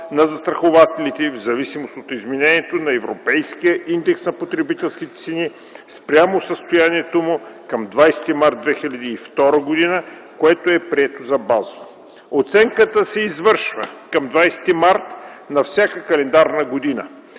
на застрахователите в зависимост от изменението на Европейския индекс на потребителските цени спрямо състоянието му към 20 март 2002 г., което е прието за базово. Оценката се извършва към 20 март на всяка календарна година.